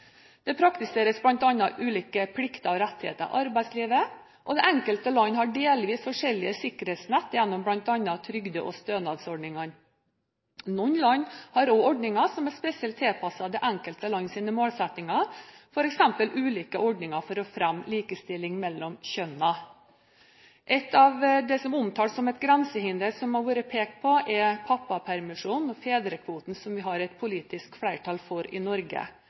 Det praktiseres bl.a. ulike plikter og rettigheter i arbeidslivet. Det enkelte land har delvis forskjellige sikkerhetsnett, gjennom bl.a. trygde- og stønadsordninger. Noen land har også ordninger som er spesielt tilpasset det enkelte lands målsettinger, f.eks. ulike ordninger for å fremme likestilling mellom kjønnene. Et av grensehindrene som har vært pekt på, er pappapermisjonen, fedrekvoten, som vi har politisk flertall for i Norge.